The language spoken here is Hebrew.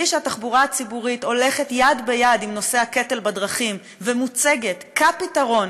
שהתחבורה הציבורית הולכת יד ביד עם נושא הקטל בדרכים ומוצגת כפתרון